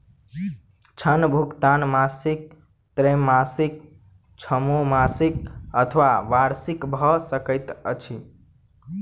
ऋण भुगतान मासिक त्रैमासिक, छौमासिक अथवा वार्षिक भ सकैत अछि